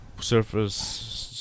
Surface